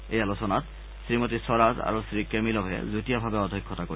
এই আলোচনাত শ্ৰী মতী স্বৰাজ আৰু শ্ৰী কেমিলভে যুটীয়াভাৱে অধ্যক্ষতা কৰিব